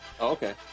okay